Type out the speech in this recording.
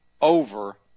over